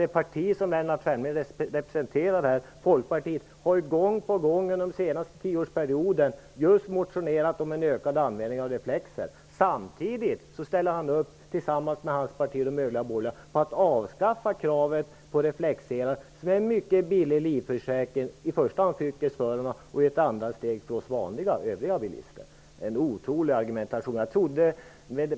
Folkpartiet, som Lennart Fremling representerar, har ju gång på gång under den senaste tioårsperioden motionerat just om en ökad användning av reflexer. Samtidigt ställer Lennart Fremling tillsammans med sitt parti och de övriga borgerliga partierna upp på att avskaffa kravet på reflexselar, vilka är en mycket billig livförsäkring för i första hand yrkesförarna och i ett andra steg för oss övriga bilister. Argumentationen är otrolig.